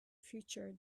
future